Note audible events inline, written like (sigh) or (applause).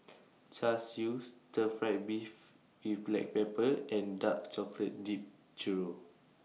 Char Siu Stir Fried Beef with Black Pepper and Dark Chocolate Dipped Churro (noise)